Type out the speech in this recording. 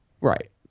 Right